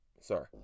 Sorry